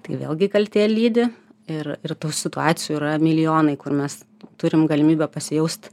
tai vėlgi kaltė lydi ir ir tų situacijų yra milijonai kur mes turim galimybę pasijaust